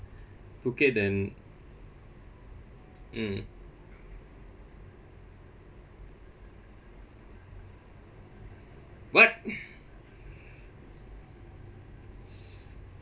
phuket then mm what